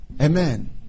Amen